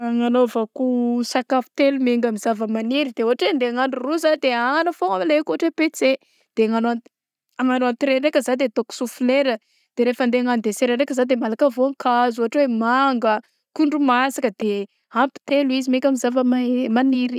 Nanaovako sakafo telo miainga amin'ny zavamaniry telo de ôhatra hoe andeha anao ro za de agnana foagna alaiko ôhatra hoe petsay de agnano agnano entrée ndraika za de ataoko soflera de rehefa andeha agnano desera ndraiky za de malaka voankazo ôhatra hoe manga, akondro masaka de ampy telo izy miainga amy zava- zava-maniry.